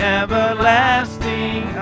everlasting